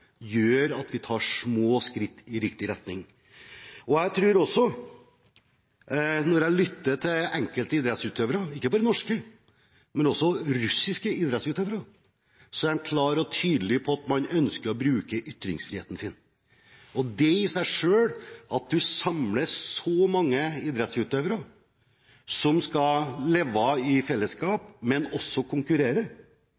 gjør at vi tar små skritt i riktig retning. Når jeg lytter til enkelte idrettsutøvere – ikke bare norske, men også russiske idrettsutøvere – er de klare og tydelige på at de ønsker å bruke ytringsfriheten sin. At man samler så mange idrettsutøvere, som skal leve i